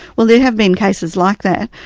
well, there have been cases like that.